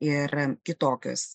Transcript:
ir kitokios